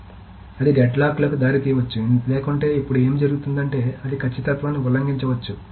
కాబట్టి అది డెడ్ లాక్లకు దారితీయవచ్చు లేకుంటే ఇప్పుడు ఏమి జరుగుతుందంటే అది ఖచ్చితత్వాన్ని ఉల్లంఘించవచ్చు